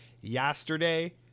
yesterday